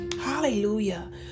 Hallelujah